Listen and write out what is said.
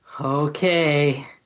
Okay